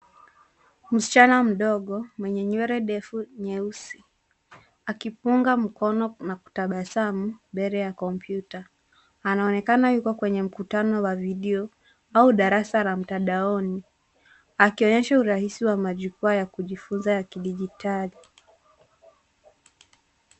Msichana mdogo mwenye nywele ndefu nyeusi akipunga mkono na kutabasamu mbele ya kompyuta .Anaonekana yuko kwenye mkutano wa video au darasa la mtandaoni .Akionyesha urahisi wa majukwaa ya kujifunza ya kidijitali.